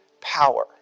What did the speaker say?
power